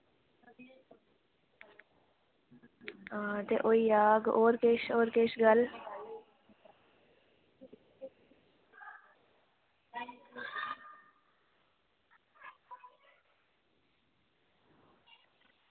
होई जाह्ग ते होर किश होर किश गल्ल